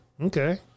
Okay